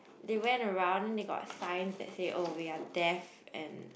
they went around they got signs that say oh we are deaf and